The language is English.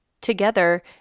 together